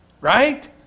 right